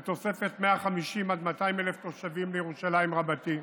של תוספת 150,000 עד 200,000 תושבים לירושלים רבתי